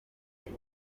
muri